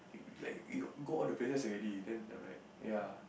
like you go all the places already then I'm like ya